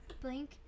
blink